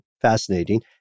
fascinating